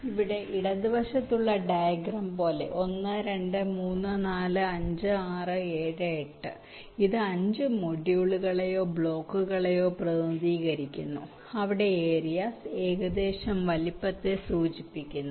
ഇവിടെ ഇടതുവശത്തുള്ള ഡയഗ്രം പോലെ 1 2 3 4 5 6 7 8 ഇത് 5 മൊഡ്യൂളുകളെയോ ബ്ലോക്കുകളെയോ പ്രതിനിധീകരിക്കുന്നു അവിടെ ഏരിയാസ് ഏകദേശം വലുപ്പത്തെ സൂചിപ്പിക്കുന്നു